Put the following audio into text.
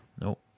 Nope